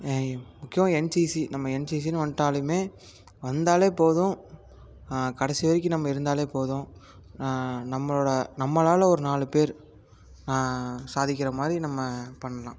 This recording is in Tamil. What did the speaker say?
முக்கியமாக என்சிசி நம்ம என்சிசின்னு வந்துட்டாலுமே வந்தாலே போதும் கடைசி வரைக்கும் நம்ம இருந்தாலே போதும் நம்மளோட நம்மளால ஒரு நாலு பேர் சாதிக்கிற மாதிரி நம்ம பண்ணலாம்